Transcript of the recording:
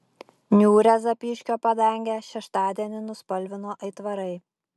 niūrią zapyškio padangę šeštadienį nuspalvino aitvarai